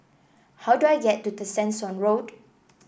how do I get to Tessensohn Road